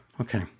Okay